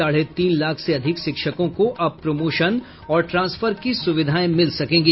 साढ़े तीन लाख से अधिक शिक्षकों को अब प्रमोशन और ट्रांसफर की सुविधाएं मिल सकेंगी